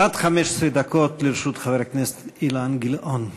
עד 15 דקות לרשות חבר הכנסת אילן גילאון.